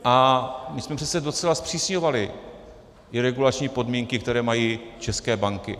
A myslím, že se docela zpřísňovaly i regulační podmínky, které mají české banky.